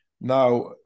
now